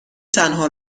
تنها